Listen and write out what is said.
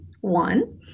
one